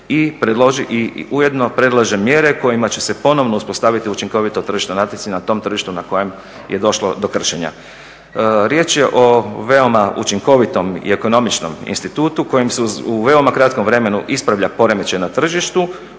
i ujedno predlaže mjere kojima će se ponovno uspostaviti učinkovito tržišno natjecanje na tom tržištu na kojem je došlo do kršenja. Riječ je o veoma učinkovitom i ekonomičnom institutu kojim se u veoma kratkom vremenu ispravlja poremećaj na tržištu